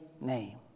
name